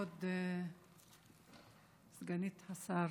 כבוד סגנית השר,